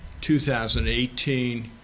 2018